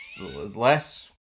less